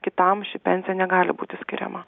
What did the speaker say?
kitam ši pensija negali būti skiriama